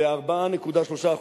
ב-4.3%.